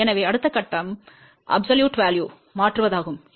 எனவே அடுத்த கட்டம் முழுமையான மதிப்புகளுக்கு மாற்றுவதாகும்